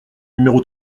numéro